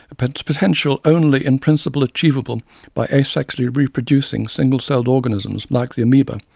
and potential potential only in principle achievable by asexually reproducing single-celled organisms like the amoeba,